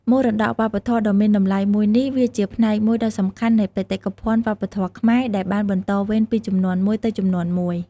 មរតកវប្បធម៌ដ៏មានតម្លៃមួយនេះ វាជាផ្នែកមួយដ៏សំខាន់នៃបេតិកភណ្ឌវប្បធម៌ខ្មែរ ដែលបានបន្តវេនពីជំនាន់មួយទៅជំនាន់មួយ។